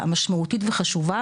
מנקודת מבט אחרת,